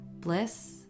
bliss